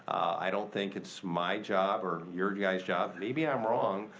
i don't think it's my job or your guys' job, maybe i'm wrong,